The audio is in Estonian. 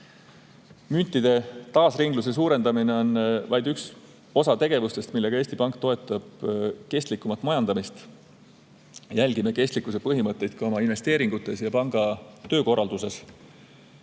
Müntide taasringluse suurendamine on vaid üks osa tegevustest, millega Eesti Pank toetab kestlikumat majandamist. Jälgime kestlikkuse põhimõtteid ka oma investeeringutes ja panga töökorralduses.